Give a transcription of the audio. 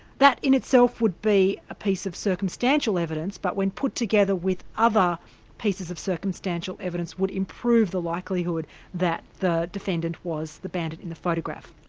that in itself would be a piece of circumstantial evidence, but when put together with other pieces of circumstantial evidence, would improve the likelihood that the defendant was the bandit in the photograph.